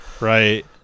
right